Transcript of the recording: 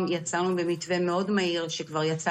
כמו כן, ישנם נעדרים שטרם